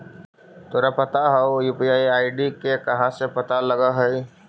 तोरा पता हउ, यू.पी.आई आई.डी के कहाँ से पता लगऽ हइ?